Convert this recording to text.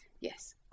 Yes